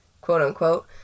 quote-unquote